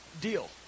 deal